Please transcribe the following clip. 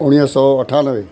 उणिवीह सौ अठानवे